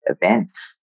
events